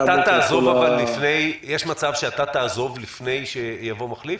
יש מצב שאתה תעזוב לפני שיבוא מחליף?